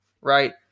Right